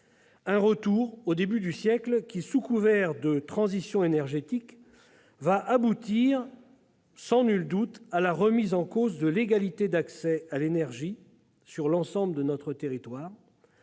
de retour au début du siècle dernier, qui, sous couvert de transition énergétique, va sans nul doute aboutir à la remise en cause de l'égalité d'accès à l'énergie sur l'ensemble de notre territoire,